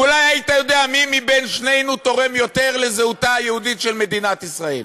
אולי היית יודע מי משנינו תורם יותר לזהותה היהודית של מדינת ישראל.